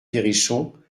perrichon